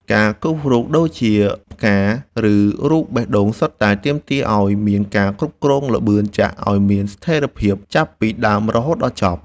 ការគូររូបភាពដូចជាផ្កា ឬរូបបេះដូងសុទ្ធតែទាមទារឱ្យមានការគ្រប់គ្រងល្បឿនចាក់ឱ្យមានស្ថេរភាពចាប់ពីដើមរហូតដល់ចប់។